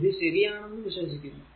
ഇത് ശരിയാണെന്നു വിശ്വസിക്കുന്നു